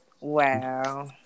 Wow